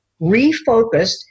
refocused